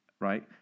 Right